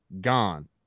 Gone